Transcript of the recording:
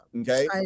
Okay